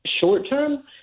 Short-term